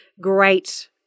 great